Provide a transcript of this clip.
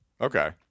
Okay